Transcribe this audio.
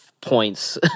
points